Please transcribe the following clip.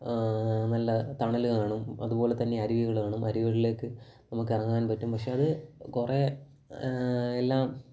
നല്ല തണൽ കാണും അതുപോലെത്തന്നെ അരുവികൾ കാണും അരുവികളിലേക്ക് നമുക്ക് ഇറങ്ങാൻ പറ്റും പക്ഷെ അത് കുറേ എല്ലാം